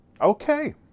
okay